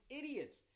idiots